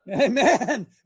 amen